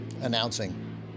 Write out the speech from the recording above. announcing